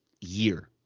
year